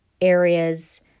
areas